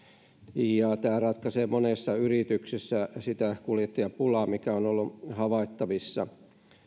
ja tämä ratkaisee monessa yrityksessä sitä kuljettajapulaa mikä on ollut havaittavissa